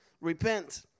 Repent